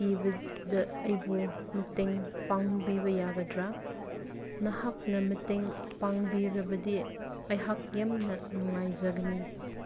ꯊꯤꯕꯗ ꯑꯩꯕꯨ ꯃꯇꯦꯡ ꯄꯥꯡꯕꯤꯕ ꯌꯥꯒꯗ꯭ꯔꯥ ꯅꯍꯥꯛꯅ ꯃꯇꯦꯡ ꯄꯥꯡꯕꯤꯔꯕꯗꯤ ꯑꯩꯍꯥꯛ ꯌꯥꯝꯅ ꯅꯨꯡꯉꯥꯏꯖꯒꯅꯤ